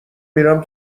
میرم